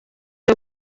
cyo